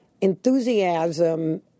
enthusiasm